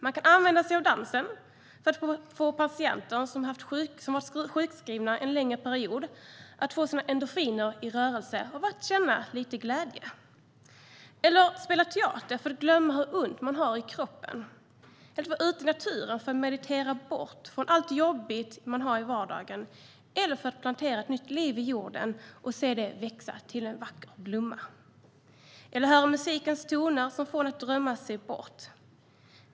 Man kan använda sig av dansen för att få patienter som varit sjukskrivna en längre period att få sina endorfiner i rörelse och då känna lite glädje. Eller så kan man spela teater för att glömma hur ont man har i kroppen. Eller också kan man vara ute i naturen för att meditera bort allt jobbigt i vardagen. Eller så kan man plantera nytt liv i jorden och se det växa till en vacker blomma. Eller så kan man höra musikens toner som får en att drömma sig bort.